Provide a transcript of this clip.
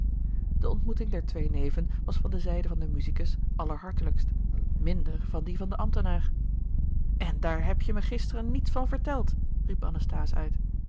de ontmoeting der twee neven was van de zijde van den musicus allerhartelijkst minder van die van den ambtenaar en daar heb-je me gisteren niets van verteld riep anasthase uit